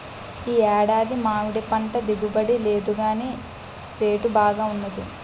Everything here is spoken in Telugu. ఈ ఏడాది మామిడిపంట దిగుబడి లేదుగాని రేటు బాగా వున్నది